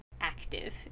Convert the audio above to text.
active